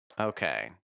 Okay